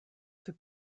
für